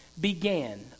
Began